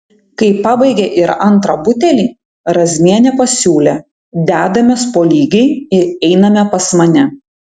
kai pabaigė ir antrą butelį razmienė pasiūlė dedamės po lygiai ir einame pas mane